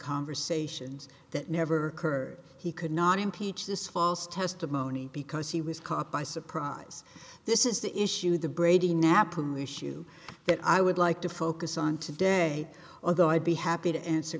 conversations that never occurred he could not impeach this false testimony because he was caught by surprise this is the issue the brady nappily issue that i would like to focus on today although i'd be happy to answer